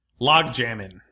Logjammin